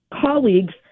colleagues